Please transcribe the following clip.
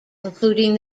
including